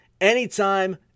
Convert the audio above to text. anytime